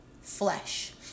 flesh